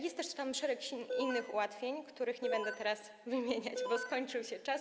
Jest tam też szereg innych ułatwień, których nie będę teraz wymieniać, bo skończył się czas.